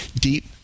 deep